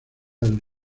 del